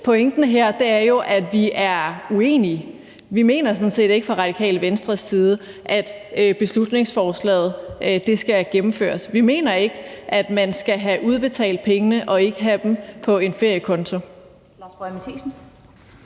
Pointen her er jo, at vi er uenige. Vi mener sådan set fra Radikale Venstres side ikke, at beslutningsforslaget skal gennemføres. Vi mener ikke, at man skal have udbetalt pengene, men have dem på en feriekonto.